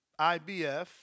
IBF